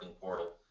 portal